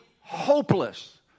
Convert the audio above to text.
hopeless